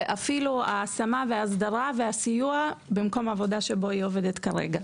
ואפילו ההשמה וההסדרה והסיוע במקום העבודה שבו היא עובדת כרגע,